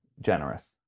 generous